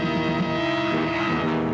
and